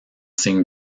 signe